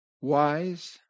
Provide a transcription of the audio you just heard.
wise